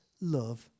love